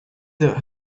that